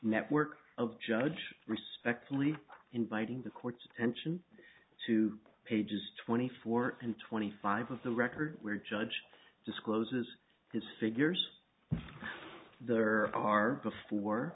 network of judge respectfully inviting the court's attention to pages twenty four and twenty five of the record where judge discloses his figures there are before